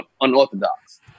unorthodox